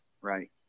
right